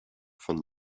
von